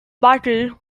battle